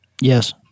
Yes